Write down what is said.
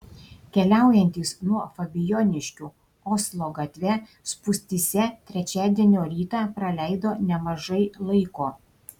keliaujantys nuo fabijoniškių oslo gatve spūstyse trečiadienio rytą praleido nemažai laiko